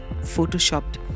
photoshopped